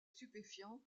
stupéfiants